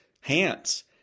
hands